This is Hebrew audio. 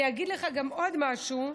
אני אגיד לך עוד משהו,